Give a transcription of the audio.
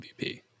MVP